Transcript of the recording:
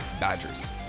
Badgers